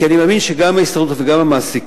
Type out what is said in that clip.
כי אני מאמין שגם ההסתדרות וגם המעסיקים,